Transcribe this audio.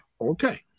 Okay